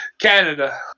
Canada